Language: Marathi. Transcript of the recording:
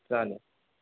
चालेल